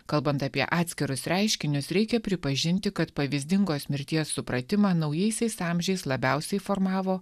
kalbant apie atskirus reiškinius reikia pripažinti kad pavyzdingos mirties supratimą naujaisiais amžiais labiausiai formavo